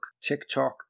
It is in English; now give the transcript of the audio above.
TikTok